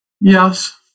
Yes